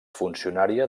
funcionària